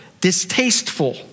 Distasteful